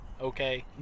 Okay